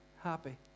happy